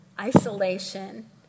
isolation